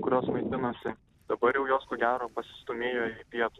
kurios maitinasi dabar jau jos ko gero pasistūmėjo į pietu